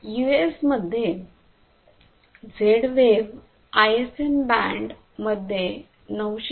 U S मध्ये Z wave I S M band मध्ये 908